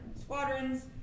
squadrons